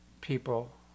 people